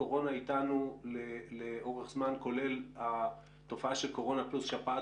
שהקורונה איתנו לאורך זמן כולל התופעה של קורונה פלוס שפעת